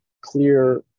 clear